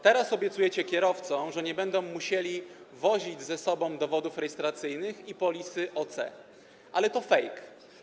Teraz obiecujecie kierowcom, że nie będą musieli wozić ze sobą dowodów rejestracyjnych i polisy OC, ale to fake.